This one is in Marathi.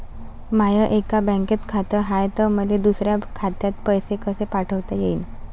माय एका बँकेत खात हाय, त मले दुसऱ्या खात्यात पैसे कसे पाठवता येईन?